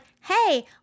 hey